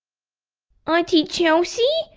auntie chelsea,